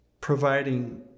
providing